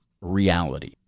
reality